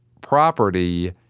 property